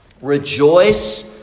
Rejoice